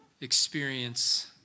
experience